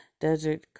Desert